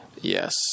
Yes